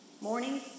Morning